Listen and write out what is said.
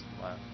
Wow